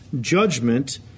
judgment